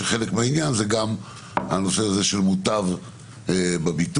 אם זה העניין של מוטב בביטוח.